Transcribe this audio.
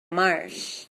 marsh